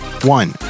One